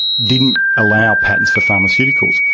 didn't allow patents for pharmaceuticals.